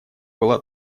была